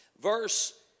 verse